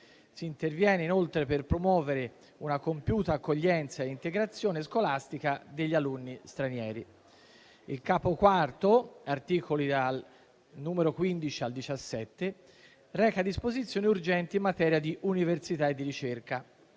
Si interviene inoltre per promuovere una compiuta accoglienza e integrazione scolastica degli alunni stranieri. Il capo IV, articoli dal 15 al 17, reca disposizioni urgenti in materia di università e di ricerca,